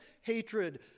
hatred